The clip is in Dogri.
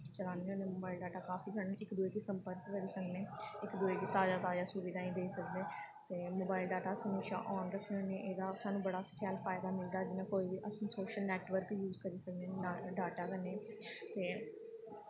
चलाने होन्ने मोबाइल डाटा काफी सानूं इक दूए गी संपर्क करी सकने इक दूए गी ताज़ां ताज़ां सुविधाएं देई सकने ते मोबाइल डाटा अस हमेशा आन रक्खने होन्ने एह्दा सानूं बड़ा शैल फायदा मिलदा जियां कोई बी अस सोशल नैटवर्क यूज़ करी सकने डाटा कन्नै ते